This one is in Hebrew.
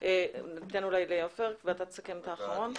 ניתן אולי לעופר ואתה תסכם את האחרון.